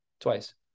twice